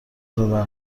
زدن